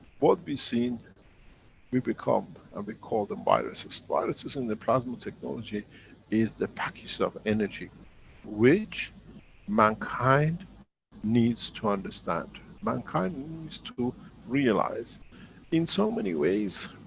what we seen we become, and we call them viruses. viruses in the plasma technology is the package of energy which mankind needs to understand. mankind needs to realize in so many ways,